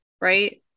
right